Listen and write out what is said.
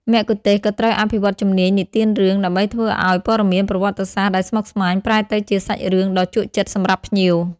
មគ្គុទ្ទេសក៍ត្រូវអភិវឌ្ឍជំនាញនិទានរឿង ដើម្បីធ្វើឱ្យព័ត៌មានប្រវត្តិសាស្ត្រដែលស្មុគស្មាញប្រែទៅជាសាច់រឿងដ៏ជក់ចិត្តសម្រាប់ភ្ញៀវ។